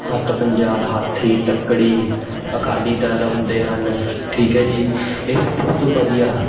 ਹੱਥ ਪੰਜਾ ਹਾਥੀ ਤੱਕੜੀ ਅਕਾਲੀ ਦਲ ਹੁੰਦੇ ਹਨ ਠੀਕ ਹੈ ਜੀ ਇਹ ਬਹੁਤ ਵਧੀਆ